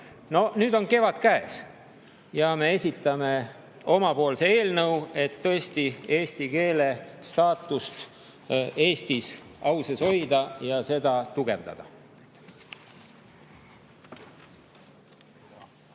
No nüüd on kevad käes. Me esitame omapoolse eelnõu, et tõesti eesti keele staatust Eestis [kõrgel] hoida ja seda tugevdada.